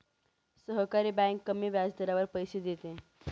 सहकारी बँक कमी व्याजदरावर पैसे देते